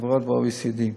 החברות ב-OECD.